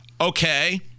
okay